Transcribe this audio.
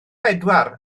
pedwar